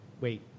Wait